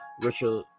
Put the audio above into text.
Richard